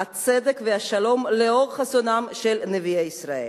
הצדק והשלום לאור חזונם של נביאי ישראל,